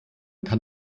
kann